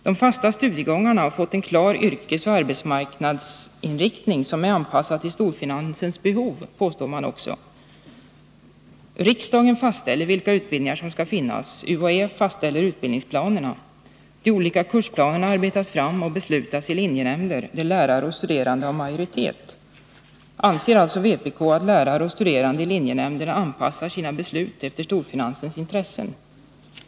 ”De fasta studiegångarna har fått en klar yrkesoch arbetsmarknadsinriktning som är anpassad till storfinansens behov”, påstår man också. Riksdagen fastställer de utbildningar som skall finnas, och UHÄ fastställer utbildningsplanerna. De olika kursplanerna arbetas fram och beslutas i linjenämnder, där lärare och studerande har majoritet. Anser alltså vpk att lärare och studerande i linjenämnderna anpassar sina beslut efter storfinansens intressen?